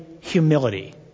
humility